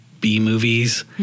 B-movies